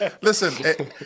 listen